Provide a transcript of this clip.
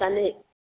असांजे